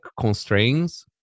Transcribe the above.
constraints